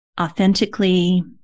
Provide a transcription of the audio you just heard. authentically